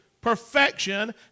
perfection